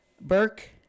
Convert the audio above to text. Burke